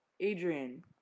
Adrian